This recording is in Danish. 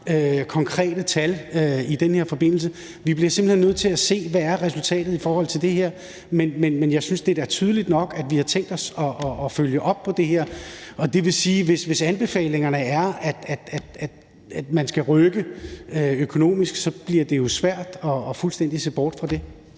konkrete tal i den her forbindelse. Vi bliver simpelt hen nødt til at se, hvad resultatet er i forhold til det her. Men jeg synes, at det da er tydeligt nok, at vi har tænkt os at følge op på det her. Det vil sige, at hvis anbefalingerne er, at man skal rykke økonomisk, så bliver det jo svært fuldstændig at se bort fra det.